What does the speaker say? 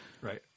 Right